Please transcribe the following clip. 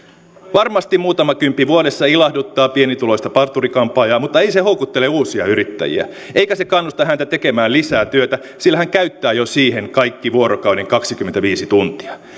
varmasti muutama kymppi vuodessa ilahduttaa pienituloista parturi kampaajaa mutta ei se houkuttele uusia yrittäjiä eikä se kannusta yrittäjää tekemään lisää työtä sillä hän käyttää jo siihen kaikki vuorokauden kaksikymmentäviisi tuntia